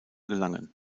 gelangen